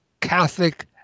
Catholic